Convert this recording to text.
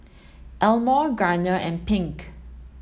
Elmore Garner and Pink